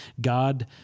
God